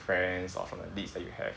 friends or from the leads that you have